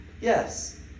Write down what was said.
Yes